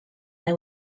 they